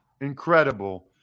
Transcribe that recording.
Incredible